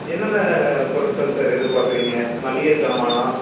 என்னென்ன பொருள்கள் சார் எதிர்பார்க்கறீங்க மளிக சாமானா